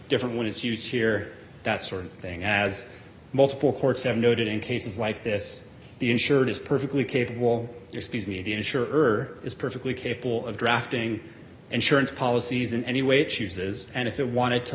different when it's used here that sort of thing as multiple courts have noted in cases like this the insured is perfectly capable their speed median scheurer is perfectly capable of drafting insurance policies in any way chooses and if it wanted to